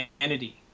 entity